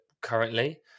currently